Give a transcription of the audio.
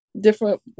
different